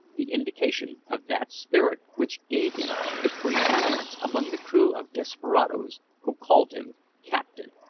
the indication of that spirit which gave him the pre-eminence among the crew of desperadoes who called him captain.